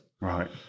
Right